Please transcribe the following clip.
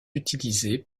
utilisés